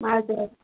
हजुर